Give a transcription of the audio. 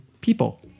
people